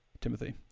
Timothy